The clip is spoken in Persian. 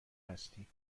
هستی